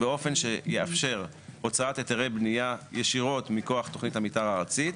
באופן שיאפשר הוצאת היתרי בנייה ישירות מכוח תוכנית המתאר הארצית,